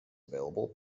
available